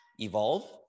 evolve